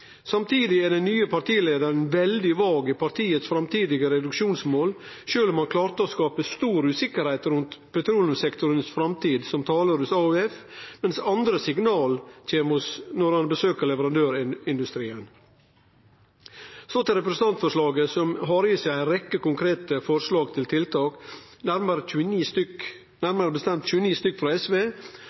Samtidig er den nye partileiaren veldig vag når det gjeld partiet sine framtidige reduksjonsmål, sjølv om han klarte å skape stor usikkerheit rundt petroleumssektorens framtid som talar hos AUF, mens det kjem andre signal når han besøkjer leverandørindustrien. Så til representantforslaget, som har i seg ei rekkje konkrete forslag til tiltak – nærmare bestemt 29 forslag frå SV,